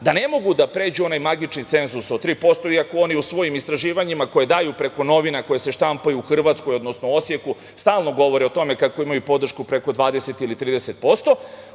da ne mogu da pređu onaj magični cenzus od 3%, iako oni u svojim istraživanjima, koje daju preko novina koje se štampaju u Hrvatskoj, odnosno u Osjeku, stalno govore o tome kako imaju podršku preko 20 ili 30%,